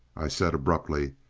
i said abruptly,